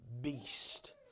beast